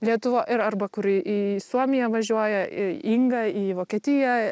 lietuvo ir arba kuri į suomiją važiuoja į ingą į vokietiją